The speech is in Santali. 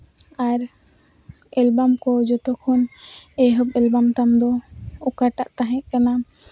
ᱟᱨ ᱮᱞᱵᱟᱢ ᱠᱚ ᱡᱚᱛᱚᱠᱷᱚᱱ ᱮᱦᱚᱵ ᱮᱞᱵᱟᱢ ᱛᱟᱢᱫᱚ ᱚᱠᱟᱴᱟᱜ ᱛᱟᱦᱮᱸ ᱠᱟᱱᱟ